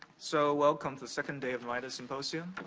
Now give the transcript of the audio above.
so, welcome to second day of midas symposium.